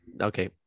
Okay